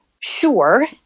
Sure